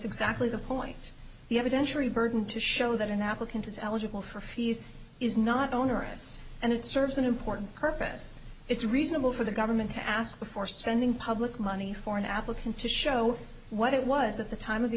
exactly the point the evidentiary burden to show that an applicant is eligible for fees is not onerous and it serves an important purpose it's reasonable for the government to ask before spending public money for an applicant to show what it was at the time of the